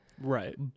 right